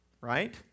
Right